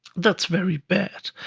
that's very bad.